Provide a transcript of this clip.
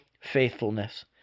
faithfulness